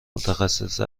متخصص